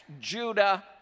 Judah